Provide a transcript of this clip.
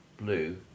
blue